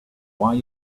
why